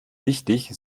wichtig